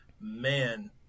man